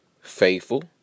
faithful